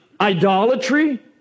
idolatry